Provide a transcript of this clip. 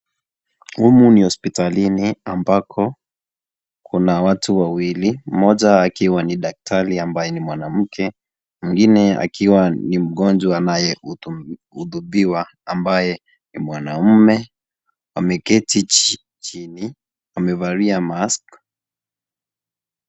Humu ni hospitalini ambako kuna watu wawili moja akiwa ni daktari ambaye ni mwanamke, mwingine akiwa ni mgojwa anaye hudumiwa ambaye ni mwanaume, ameketi chini amevalia mask .